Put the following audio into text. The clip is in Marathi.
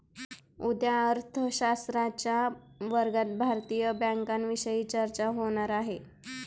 उद्या अर्थशास्त्राच्या वर्गात भारतीय बँकांविषयी चर्चा होणार आहे